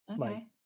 Okay